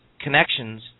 connections